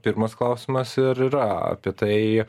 pirmas klausimas ir yra apie tai